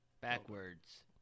Backwards